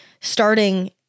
starting